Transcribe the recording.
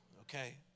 okay